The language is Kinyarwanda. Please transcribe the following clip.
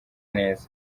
neza